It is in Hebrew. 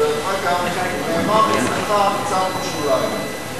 דרך אגב, נאמר אצלך קצת בשוליים.